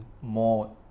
more